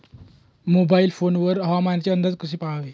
Mobile phone वर हवामानाचे अंदाज कसे पहावे?